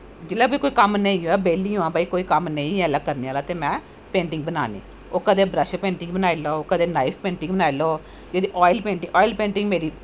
जिसलै बी कोई कम्म नेंई होऐ बेल्ली होआं कम्म नेंईं ऐ करनें आह्ला ते में पेंटिंग बनानी ओह् कदैं ब्रश पेंटिंग बनाई लैओ कदैं नाईफ पेंटिंग बनाई लैओ फिर आयल पेंटिंग आयल पेंटिंग मेरी